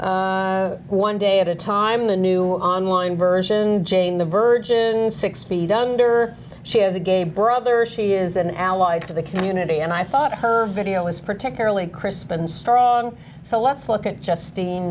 one day at a time the new online version jane the virgins six feet under she has a gay brother she is an ally to the community and i thought her video was particularly crisp and strong so let's look at justin